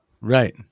Right